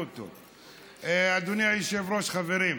אדוני היושב-ראש, חברים.